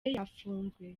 yafunzwe